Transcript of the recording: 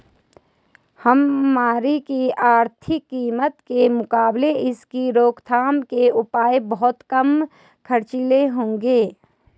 महामारी की आर्थिक कीमत के मुकाबले इसकी रोकथाम के उपाय बहुत कम खर्चीले होंगे